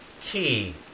Key